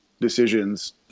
decisions